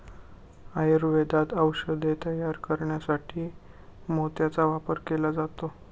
आयुर्वेदात औषधे तयार करण्यासाठी मोत्याचा वापर केला जातो